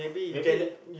maybe that